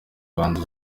kandi